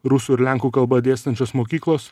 rusų ir lenkų kalba dėstančios mokyklos